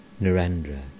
Narendra